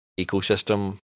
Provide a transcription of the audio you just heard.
ecosystem